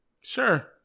Sure